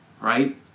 right